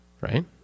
Right